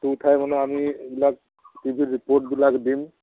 photo উঠাই মানে আমি এইবিলাক টিভিৰ ৰিপৰ্টবিলাক দিম